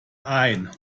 ain